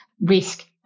risk